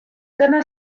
dyna